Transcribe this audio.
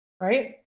right